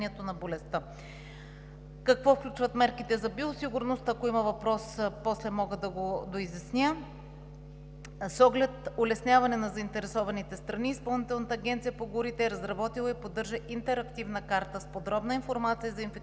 Какво включват мерките за биосигурност – ако има въпрос, после мога да го доизясня. С оглед улесняване на заинтересованите страни Изпълнителната агенция по горите е разработила и поддържа интерактивна карта с подробна информация за инфектираните